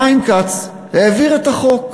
חיים כץ העביר את החוק,